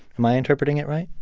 am i interpreting it right?